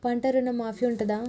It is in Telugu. పంట ఋణం మాఫీ ఉంటదా?